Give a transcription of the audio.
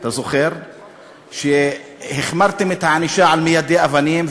אתה זוכר שהחמרתם את הענישה על מיידי אבנים,